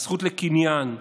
הזכות לקניין,